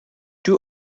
two